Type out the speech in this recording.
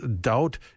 doubt